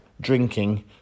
drinking